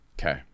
Okay